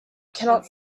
cannot